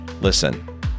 Listen